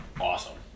awesome